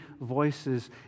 voices